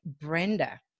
Brenda